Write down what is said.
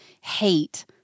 hate